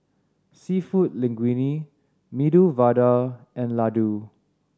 Seafood Linguine Medu Vada and Ladoo